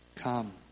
come